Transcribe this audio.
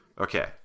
Okay